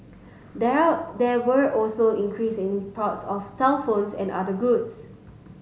there there were also increasing imports of cellphones and other goods